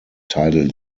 tidal